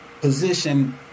position